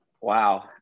Wow